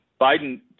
Biden